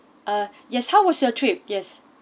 uh yes how was your trip yes